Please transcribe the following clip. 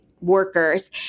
workers